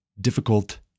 difficult